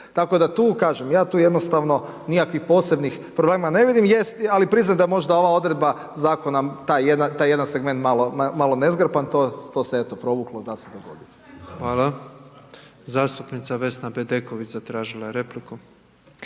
Tako da tu, kaže, ja tu jednostavno nikakvih posebnih problema ne vidim ali priznajem da je možda ova odredba zakona taj jedan segment malo nezgrapan, to se eto, provuklo da se dogodi. **Petrov, Božo (MOST)** Hvala. Zastupnica Vesna Bedeković zatražila je repliku.